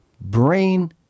brain